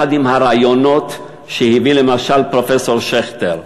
יחד עם הרעיונות שהביא למשל פרופסור שכטר,